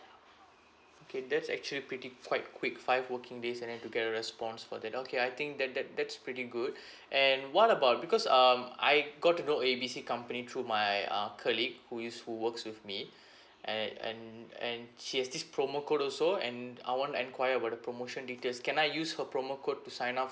okay that's actually pretty quite quick five working days and then to get a response for that okay I think that that that's pretty good and what about because um I got to know A B C company through my uh colleague who used to works with me and and and she has this promo code also and I wanna enquire about the promotion details can I use her promo code to sign up